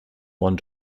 one